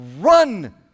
run